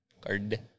Card